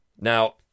Now